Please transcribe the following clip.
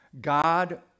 God